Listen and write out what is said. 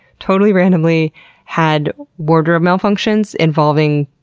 totally randomly had wardrobe malfunctions involving